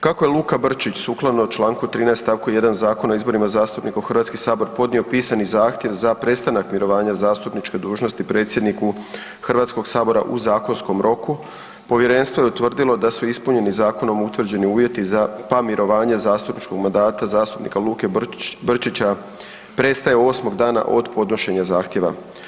Kako je Luka Brčić sukladno čl. 13 st. 1 Zakona Zakona o izborima zastupnika u HS podnio pisani zahtjev za prestanak mirovanja zastupničke dužnosti predsjedniku HS-a u zakonskom roku, Povjerenstvo je utvrdilo da su ispunjeni zakonom utvrđeni uvjeti za pa mirovanje zastupničkog mandata zastupnika Luke Brčića prestaje 8. dana od podnošenja zahtjeva.